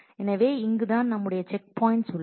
எனவே இங்கு தான் நம்முடைய செக் பாயின்ட்ஸ் உள்ளன